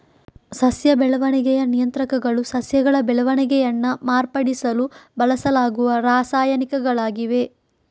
ಸಸ್ಯ ಬೆಳವಣಿಗೆಯ ನಿಯಂತ್ರಕಗಳು ಸಸ್ಯಗಳ ಬೆಳವಣಿಗೆಯನ್ನ ಮಾರ್ಪಡಿಸಲು ಬಳಸಲಾಗುವ ರಾಸಾಯನಿಕಗಳಾಗಿವೆ